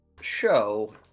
show